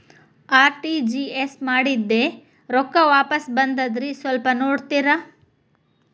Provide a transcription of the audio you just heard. RTGS ಮಾಡಿದ್ದೆ ರೊಕ್ಕ ವಾಪಸ್ ಬಂದದ್ರಿ ಸ್ವಲ್ಪ ನೋಡ್ತೇರ?